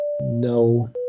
no